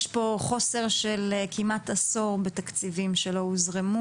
יש פה חוסר של כמעט עשור בתקציבים שלא הוזרמו